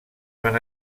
van